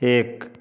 एक